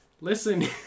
Listen